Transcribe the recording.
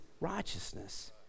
righteousness